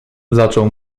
zaczął